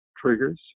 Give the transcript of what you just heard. triggers